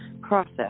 process